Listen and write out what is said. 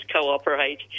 cooperate